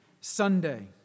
Sunday